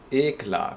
ایک لاکھ